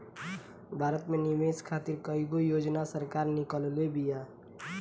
भारत में निवेश खातिर कईगो योजना सरकार निकलले बिया